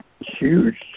huge